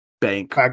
bank